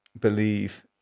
Believe